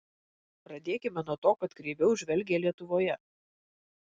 pradėkime nuo to kad kreiviau žvelgia lietuvoje